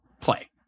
play